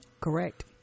correct